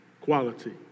quality